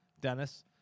Dennis